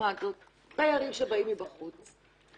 תיירים שבאים מבחוץ,